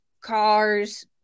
cars